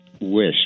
Wish